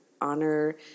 honor